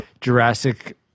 Jurassic